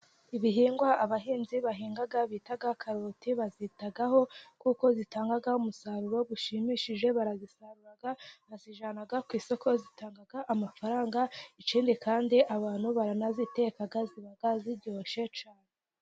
Ibihingwa abahinzi bahinga bita karoti, bazitaho kuko zitanga umusaruro ushimishije. Barazisarura bakazijyana ku isoko zitanga amafaranga. Ikindi kandi abantu baranaziteka ziba ziryoshye cyane.